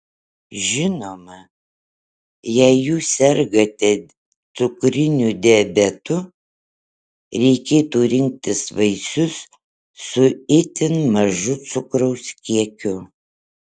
žinoma jei jūs sergate cukriniu diabetu reikėtų rinktis vaisius su itin mažu cukraus kiekiu